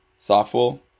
thoughtful